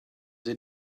they